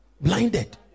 Blinded